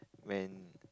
when